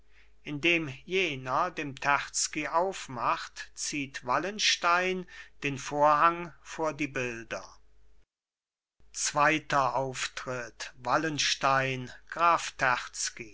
indem jener dem terzky aufmacht zieht wallenstein den vorhang vor die bilder zweiter auftritt wallenstein